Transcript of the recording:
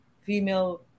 female